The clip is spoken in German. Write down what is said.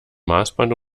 maßband